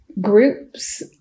groups